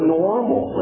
normal